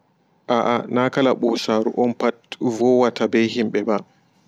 Aa na kala ɓosaaru on pat wowata bee himɓe ɓa.